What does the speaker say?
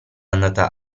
andata